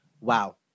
Wow